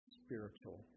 spiritual